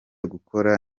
gukora